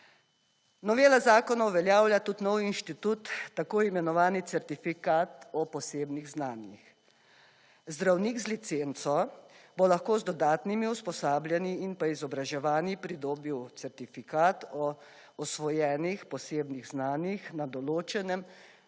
Novela zakona uveljavlja tudi nov inštitut tako imenovani certifikat o posebnih znanjih. Zdravnik z licenco bo lahko z dodatnimi usposabljanji in pa izobraževanji pridobil certifikat o osvojenih posebnih znanjih na določenem